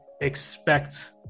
expect